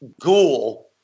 ghoul